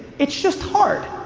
it's just hard.